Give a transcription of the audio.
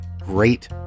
great